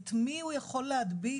את מי הוא יכול להדביק,